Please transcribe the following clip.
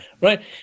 right